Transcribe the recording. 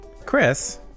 Chris